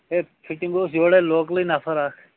ہے fitting ٲسۍ یورے لوکلٕے نَفر اکھ